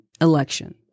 election